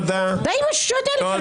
די עם השטויות האלה,